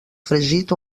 fregit